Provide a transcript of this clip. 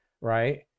right